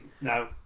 no